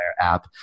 app